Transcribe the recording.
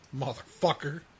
Motherfucker